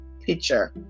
picture